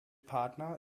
partner